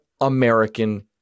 American